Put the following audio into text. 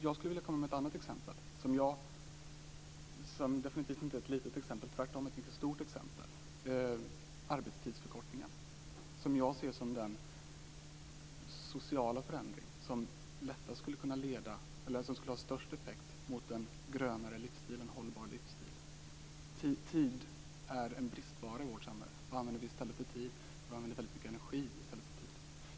Jag skulle vilja komma med ett annat exempel, som definitivt inte är litet - det är tvärtom mycket stort: arbetstidsförkortningen, som jag ser som den sociala förändring som skulle ha störst effekt i riktning mot en grönare livsstil, en hållbar livsstil. Tid är en bristvara i vårt samhälle. Vad använder vi i stället för tid? Jo, vi använder väldigt mycket energi.